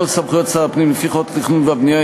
כל סמכויות שר הפנים לפי חוק התכנון והבנייה,